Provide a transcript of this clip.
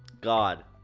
god.